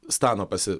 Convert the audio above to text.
stano pasi